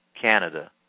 Canada